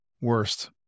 worst